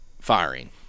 firing